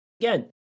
again